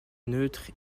neutre